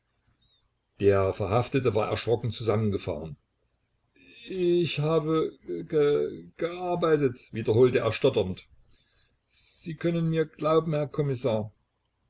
der verhaftete war erschrocken zusammengefahren ich habe ge gearbeitet wiederholte er stotternd sie können mir glauben herr kommissar